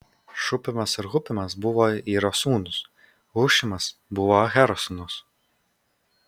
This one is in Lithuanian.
šupimas ir hupimas buvo iro sūnūs hušimas buvo ahero sūnus